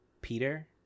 peter